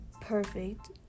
perfect